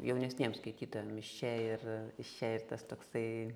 jaunesniem skaitytojam iš čia ir iš čia ir tas toksai